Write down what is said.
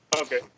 Okay